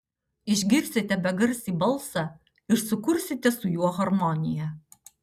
išgirsite begarsį balsą ir sukursite su juo harmoniją